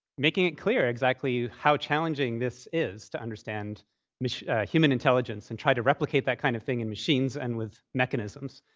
making it clear exactly how challenging this is to understand human intelligence and try to replicate that kind of thing in machines and with mechanisms.